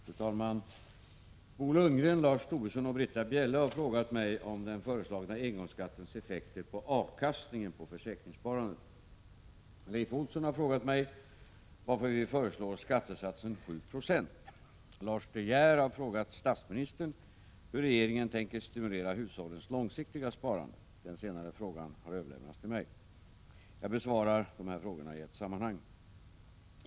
Fru talman! Bo Lundgren, Lars Tobisson och Britta Bjelle har frågat mig om den föreslagna engångsskattens effekter på avkastningen på försäkringssparandet. Leif Olsson har frågat mig varför vi föreslår skattesatsen 7 90. Lars De Geer har frågat statsministern hur regeringen tänker stimulera hushållens långsiktiga sparande. Den senare frågan har överlämnats till mig. Jag besvarar dessa frågor i ett sammanhang.